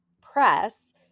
press